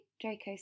Draco